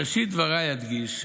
בראשית דבריי אדגיש,